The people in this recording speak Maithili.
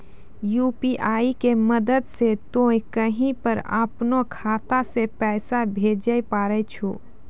यु.पी.आई के मदद से तोय कहीं पर अपनो खाता से पैसे भेजै पारै छौ